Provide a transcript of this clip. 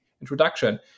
introduction